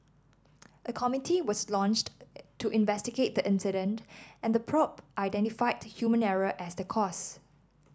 a committee was launched to investigate the incident and the probe identified human error as the cause